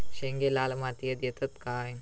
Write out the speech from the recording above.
शेंगे लाल मातीयेत येतत काय?